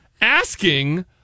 asking